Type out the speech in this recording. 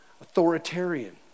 authoritarian